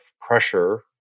pressure